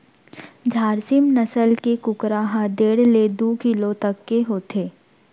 झारसीम नसल के कुकरा ह डेढ़ ले दू किलो तक के होथे